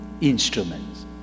instruments